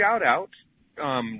shout-out